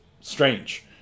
strange